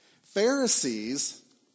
Pharisees